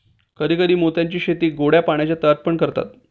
कधी कधी मोत्यांची शेती गोड्या पाण्याच्या तळ्यात पण करतात